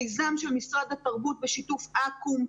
מיזם של משרד התרבות בשיתוף אקו"ם,